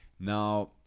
Now